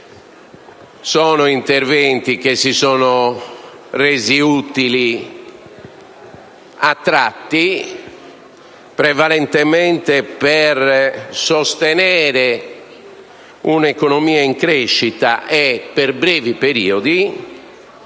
di interventi che si sono resi utili a tratti, prevalentemente per sostenere un'economia in crescita e per brevi periodi,